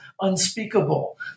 unspeakable